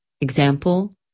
example